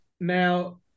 Now